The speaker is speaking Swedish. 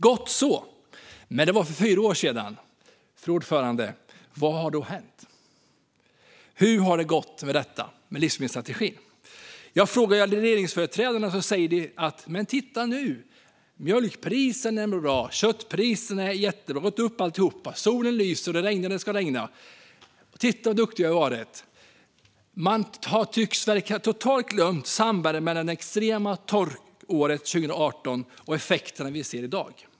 Gott så, men det var för fyra år sedan. Fru talman! Vad har då hänt? Hur har det gått med livsmedelsstrategin? Frågar jag regeringsföreträdarna säger de att mjölkpriserna nu är bra. Köttpriserna är jättebra. Alla priserna har gått upp. Solen lyser, och det regnar när det ska regna. Titta på hur duktiga de har varit. Man tycks totalt ha glömt sambandet mellan det extrema torkåret 2018 och effekterna vi ser i dag.